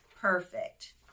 perfect